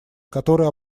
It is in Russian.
которые